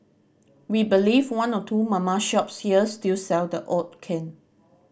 we believe one or two mama shops here still sell the odd can